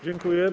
Dziękuję.